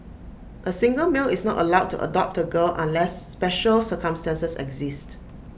A single male is not allowed to adopt A girl unless special circumstances exist